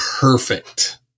perfect